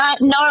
no